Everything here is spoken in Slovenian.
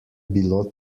bilo